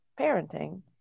parenting